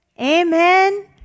amen